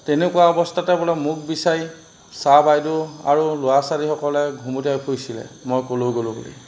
তেনেকুৱা অৱস্থাতে বোলে মোক বিচাৰি ছাৰ বাইদেউ আৰু ল'ৰা ছোৱালীসকলে ঘুমটীয়াই ফুৰিছিলে মই ক'লৈ গ'লোঁ বুলি